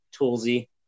toolsy